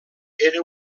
era